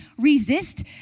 resist